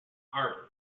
arbor